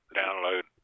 download